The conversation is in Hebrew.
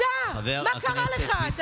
אתה, מה קרה לך?